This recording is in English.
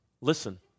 Listen